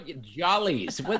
Jollies